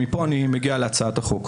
ומפה אני מגיע להצעת החוק.